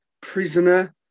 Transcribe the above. prisoner